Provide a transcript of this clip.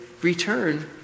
return